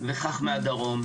וכך מהדרום,